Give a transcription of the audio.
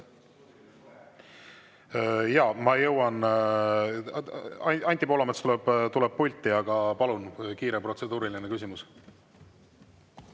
Jaa, ma jõuan ... Anti Poolamets tuleb pulti, aga palun kiire protseduuriline küsimus.